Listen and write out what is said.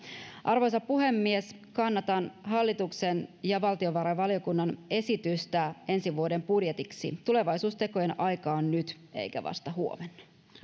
arvoisa puhemies kannatan hallituksen ja valtiovarainvaliokunnan esitystä ensi vuoden budjetiksi tulevaisuustekojen aika on nyt eikä vasta huomenna